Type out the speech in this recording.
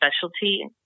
specialty